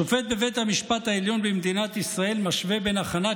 שופט בבית המשפט העליון במדינת ישראל משווה בין הכנת